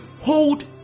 hold